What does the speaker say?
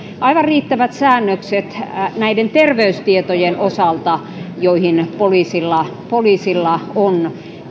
aivan riittävät säännökset näiden terveystietojen osalta joihin poliisilla poliisilla on